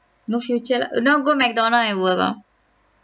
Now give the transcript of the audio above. no future lah now go mcdonald and work oh